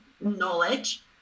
knowledge